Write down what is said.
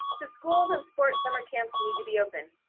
the schools and sports summer camps need to be open.